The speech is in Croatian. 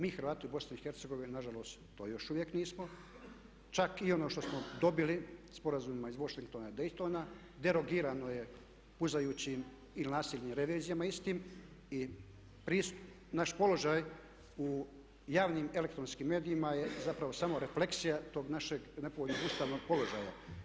Mi Hrvati u BiH na žalost to još uvijek nismo, čak i ono što smo dobili sporazumima iz Washingtona i Daytona derogirano je puzajućim ili nasilnim revizijama istim i naš položaj u javnim elektronskim medijima je zapravo samo refleksija tog našeg nepovoljnog ustavnog položaja.